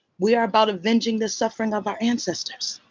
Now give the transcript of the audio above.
we are about avenging the suffering of our ancestors.